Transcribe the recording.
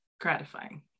gratifying